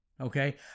okay